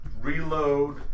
reload